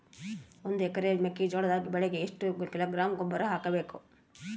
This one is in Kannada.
ಒಂದು ಎಕರೆ ಮೆಕ್ಕೆಜೋಳದ ಬೆಳೆಗೆ ಎಷ್ಟು ಕಿಲೋಗ್ರಾಂ ಗೊಬ್ಬರ ಹಾಕಬೇಕು?